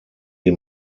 die